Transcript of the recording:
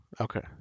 Okay